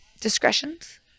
Discretions